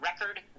record